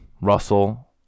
Russell